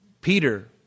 Peter